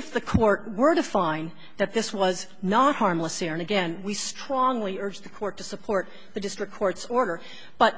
if the court were to find that this was not harmless and again we strongly urge the court to support the district court's order but